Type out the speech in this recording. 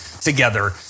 together